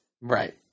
Right